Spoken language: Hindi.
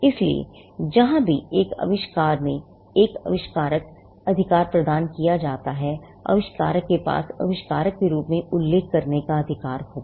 इसलिए जहाँ भी एक आविष्कार में एक आविष्कारक अधिकार प्रदान किया जाता है आविष्कारक के पास आविष्कारक के रूप में उल्लेख करने का अधिकार होगा